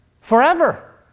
Forever